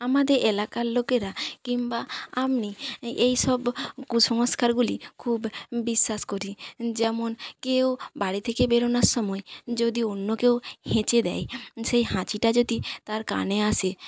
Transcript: আমাদের এলাকার লোকেরা কিম্বা আমি এই সব কুসংস্কারগুলি খুব বিশ্বাস করি যেমন কেউ বাড়ি থেকে বেরোনোর সময় যদি অন্য কেউ হেঁচে দেয় সেই হাঁচিটা যদি তার কানে আসে